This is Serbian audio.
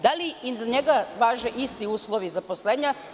Da li i za njega važe isti uslovi zaposlenja?